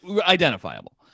Identifiable